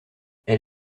elle